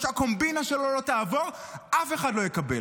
עד שהקומבינה שלו לא תעבוד, אף אחד לא יקבל.